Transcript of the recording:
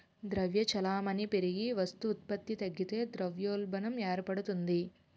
ద్రవ్య చలామణి పెరిగి వస్తు ఉత్పత్తి తగ్గితే ద్రవ్యోల్బణం ఏర్పడుతుంది